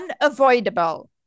unavoidable